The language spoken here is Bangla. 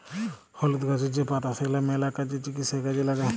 হলুদ গাহাচের যে পাতা সেগলা ম্যালা কাজে, চিকিৎসায় কাজে ল্যাগে